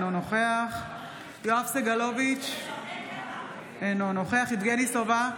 אינו נוכח יואב סגלוביץ' אינו נוכח יבגני סובה,